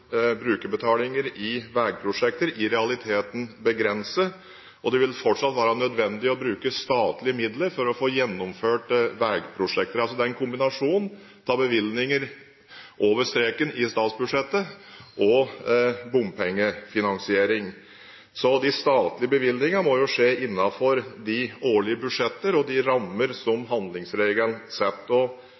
brukerbetalinger i veiprosjekter i realiteten begrenset, og det vil fortsatt være nødvendig å bruke statlige midler for å få gjennomført veiprosjekter – det er altså en kombinasjon av bevilgninger over streken i statsbudsjettet og bompengefinansiering. De statlige bevilgningene må altså skje innenfor de årlige budsjettene og de rammene som handlingsregelen setter.